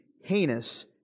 heinous